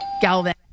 Galvin